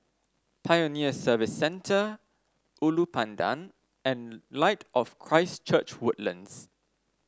Pioneer Service Centre Ulu Pandan and Light of Christ Church Woodlands